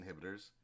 inhibitors